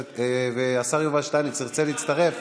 השר יובל שטייניץ ירצה להצטרף?